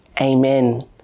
Amen